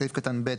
סעיף קטן 6(ב)